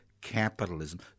capitalism